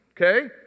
Okay